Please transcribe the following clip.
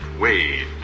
Wade